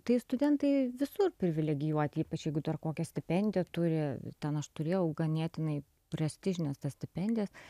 tai studentai visur privilegijuoti ypač jeigu dar kokią stipendiją turi ten aš turėjau ganėtinai prestižines stipendijas